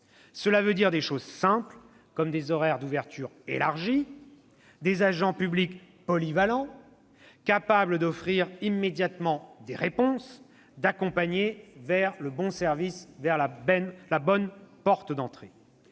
Cela veut dire des choses simples, comme des horaires d'ouverture élargis, des agents polyvalents, capables d'offrir immédiatement des réponses, d'accompagner vers la bonne porte d'entrée.